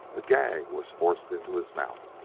a gag was forced into his mouth.